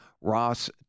Ross